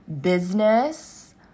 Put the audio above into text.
business